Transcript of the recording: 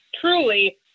truly